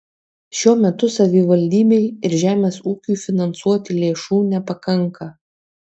šiuo metu savivaldybei ir žemės ūkiui finansuoti lėšų nepakanka